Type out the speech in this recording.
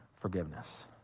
forgiveness